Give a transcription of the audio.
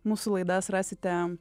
mūsų laidas rasite